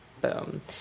Boom